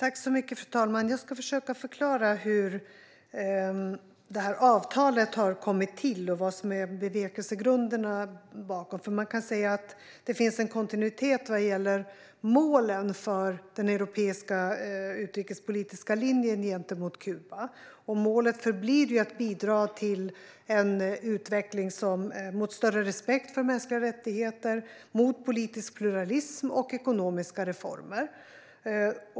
Fru talman! Jag ska försöka förklara hur avtalet har kommit till och vad som är bevekelsegrunderna bakom det. Det finns en kontinuitet vad gäller målen för den europeiska utrikespolitiska linjen gentemot Kuba, och målet förblir att bidra till en utveckling i riktning mot större respekt för mänskliga rättigheter, politisk pluralism och ekonomiska reformer.